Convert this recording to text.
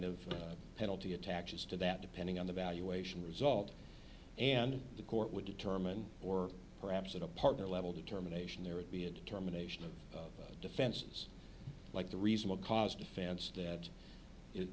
of penalty attaches to that depending on the valuation result and the court would determine or perhaps at a partner level determination there would be a determination of defenses like the reasonable cost defense that i